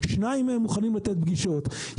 שניים מהם מוכנים לתת פגישות,